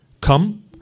come